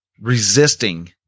resisting